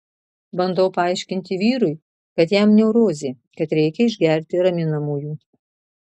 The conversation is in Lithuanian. bandau paaiškinti vyrui kad jam neurozė kad reikia išgerti raminamųjų